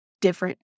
different